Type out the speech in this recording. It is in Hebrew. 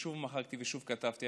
ושוב מחקתי ושוב כתבתי,